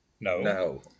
No